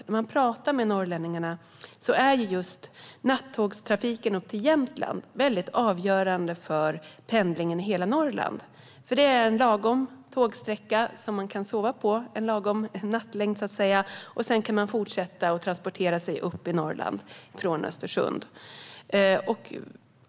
När man pratar med norrlänningarna blir det tydligt att just nattågstrafiken upp till Jämtland är avgörande för pendlingen i hela Norrland. Det är en lagom lång tågsträcka att sova på - en lagom nattlängd - och sedan kan man fortsätta transportera sig upp i Norrland från Östersund.